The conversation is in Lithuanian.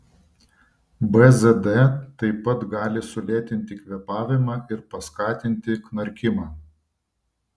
bzd taip pat gali sulėtinti kvėpavimą ir paskatinti knarkimą